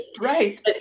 right